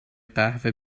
قهوه